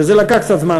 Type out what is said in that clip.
וזה לקח קצת זמן,